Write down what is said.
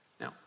Now